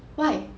why